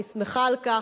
אני שמחה על כך,